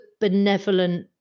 benevolent